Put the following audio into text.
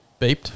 beeped